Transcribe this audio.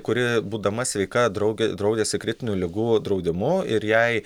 kuri būdama sveika drauge draudėsi kritinių ligų draudimu ir jai